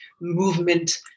movement